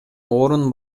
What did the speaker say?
орун